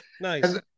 Nice